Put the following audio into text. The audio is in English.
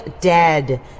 dead